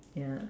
ya